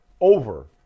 over